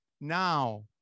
now